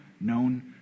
known